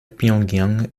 pyongyang